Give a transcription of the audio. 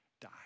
die